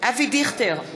אבי דיכטר,